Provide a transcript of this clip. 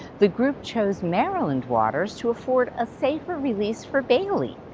the group chose maryland waters to afford a safer release for bailey,